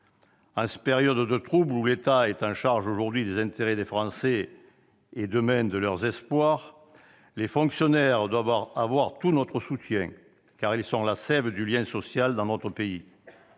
En cette période de troubles où l'État est comptable aujourd'hui des intérêts des Français, et le sera demain de leurs espoirs, les fonctionnaires doivent avoir tout notre soutien, car ils sont la sève du lien social dans notre pays.